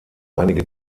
einige